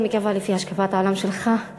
אני מקווה לפי השקפת העולם שלך,